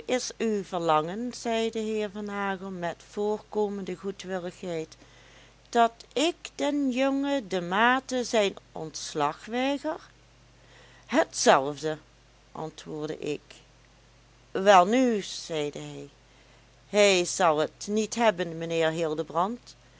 is uw verlangen zei de heer van nagel met voorkomende goedwilligheid dat ik den jongen de maete zijn ontslag weiger hetzelfde antwoordde ik welnu zeide hij hij zal het niet hebben mijnheer hildebrand